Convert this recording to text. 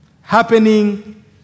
happening